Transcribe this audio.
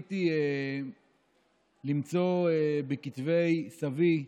זכיתי למצוא בכתבי סבי,